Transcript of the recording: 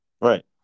right